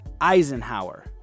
Eisenhower